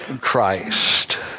Christ